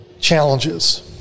challenges